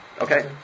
Okay